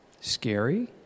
scary